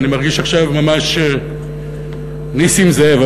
אני מרגיש עכשיו ממש נסים זאב.